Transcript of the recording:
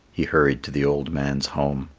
he hurried to the old man's home.